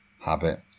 habit